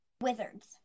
Wizards